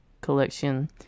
collection